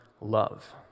love